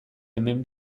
hemen